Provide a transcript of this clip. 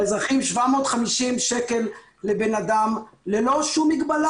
הממשלה חילקה גם לאזרחים 750 ₪ לבן אדם ללא שום מגבלה.